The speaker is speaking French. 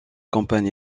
campagne